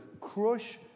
crush